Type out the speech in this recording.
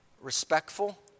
respectful